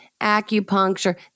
acupuncture